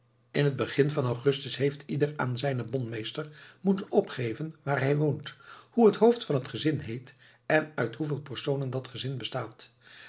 in het begin van augustus heeft ieder aan zijne bonmeesters moeten opgeven waar hij woont hoe het hoofd van het gezin heet en uit hoeveel personen dat gezin bestaat